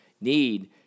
need